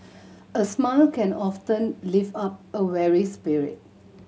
a smile can often lift up a weary spirit